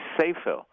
safer